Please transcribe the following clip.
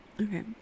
Okay